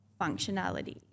functionality